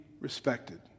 respected